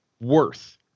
worth